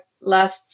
last